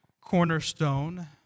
cornerstone